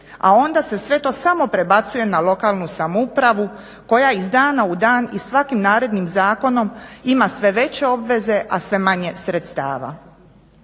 a onda se sve to samo prebacuje na lokalnu samoupravu koja iz dana u dan i svakim narednim zakonom ima sve veće obveze a sve manje sredstava.